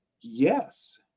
yes